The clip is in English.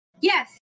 yes